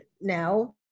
now